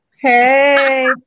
Hey